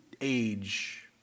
age